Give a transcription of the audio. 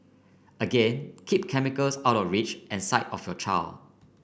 again keep chemicals out of reach and sight of your child